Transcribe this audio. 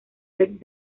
red